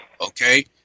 Okay